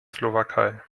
slowakei